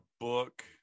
book